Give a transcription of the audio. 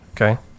okay